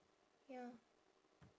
ya